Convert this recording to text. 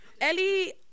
ellie